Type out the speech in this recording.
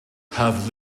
have